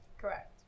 Correct